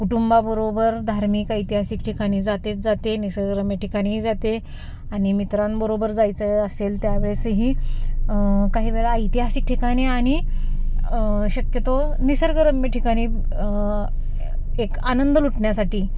कुटुंबाबरोबर धार्मिक ऐतिहासिक ठिकाणी जातेच जाते निसर्गरम्य ठिकाणीही जाते आणि मित्रांबरोबर जायचं असेल त्यावेळेसही काही वेळा ऐतिहासिक ठिकाणी आणि शक्यतो निसर्गरम्य ठिकाणी एक आनंद लुटण्यासाठी